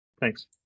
Thanks